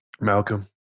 Malcolm